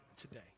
today